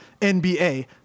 NBA